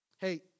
Hey